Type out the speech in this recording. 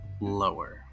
lower